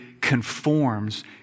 conforms